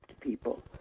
people